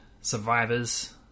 survivors